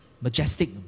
majestic